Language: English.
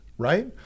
right